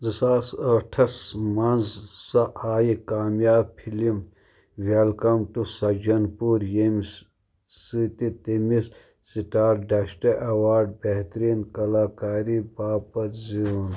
زٕ ساس ٲٹھس منٛز سۄ آیہِ کامیاب film welcome to Sajjanpur ییٚمِس سۭتۍ تہٕ تٔمِس سِٹار ڈشٹہٕ ایوارڈ بہتریٖن کلاکاری باپتھ زیوٗن